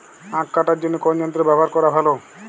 আঁখ কাটার জন্য কোন যন্ত্র ব্যাবহার করা ভালো?